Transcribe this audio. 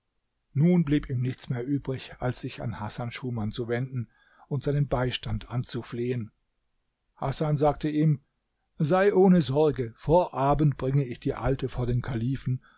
nun blieb ihm nichts mehr übrig als sich an hasan schuman zu wenden und seinen beistand anzuflehen hasan sagte ihm sei ohne sorge vor abend bringe ich die alte vor den kalifen